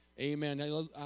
Amen